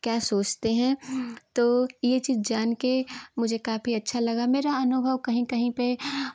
क्या सोचते हैं तो ये चीज़ जान के मुझे काफी अच्छा लगा मेरा अनुभव कहीं कहीं पे